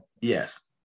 Yes